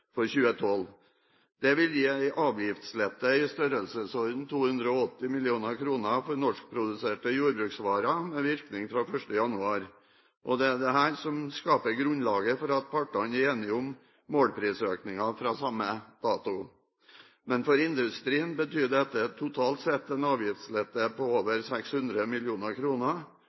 2012. Det vil gi en avgiftslette i størrelsesordenen 280 mill. kr for norskproduserte jordbruksvarer med virkning fra 1. januar, og det er dette som skaper grunnlaget for at partene er enige om målprisøkninger fra samme dato. Men for industrien betyr dette totalt sett en avgiftslette på over 600